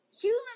human